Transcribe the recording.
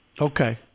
Okay